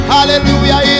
Hallelujah